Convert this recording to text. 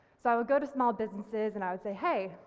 so i would go to small businesses and i would say hey,